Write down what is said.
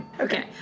Okay